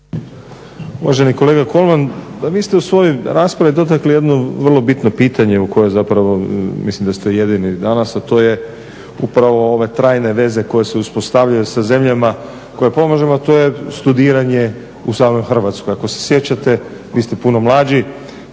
Uvaženi kolega Kolman, vi ste u svojoj raspravi dotakli jednu vrlo bitno pitanje koje zapravo mislim da ste jedini danas, a to je upravo ove trajne veze koje se uspostavljaju sa zemljama koje pomažemo, a to je studiranje u samoj Hrvatskoj. Ako se sjećate, vi ste puno mlađi,